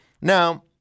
Now